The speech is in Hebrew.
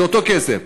זה אותו כסף,